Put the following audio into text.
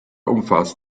umfasst